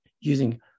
using